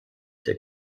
der